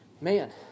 man